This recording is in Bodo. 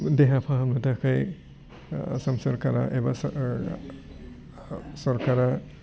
देहा फाहामनो थाखाय आसाम सरकारा एबा सरकारा